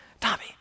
Tommy